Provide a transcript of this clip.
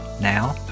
now